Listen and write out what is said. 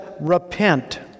repent